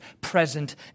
present